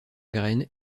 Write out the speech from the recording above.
graines